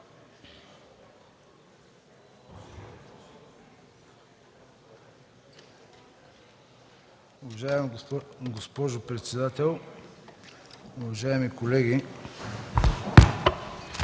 уважаема госпожо председател, уважаеми господа